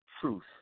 truth